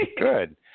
Good